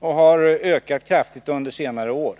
och har ökat kraftigt under senare år.